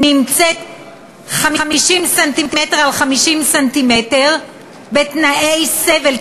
50 ס"מ על 50 ס"מ בתנאי סבל,